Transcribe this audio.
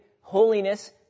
holiness